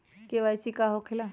KYC का हो के ला?